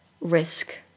risk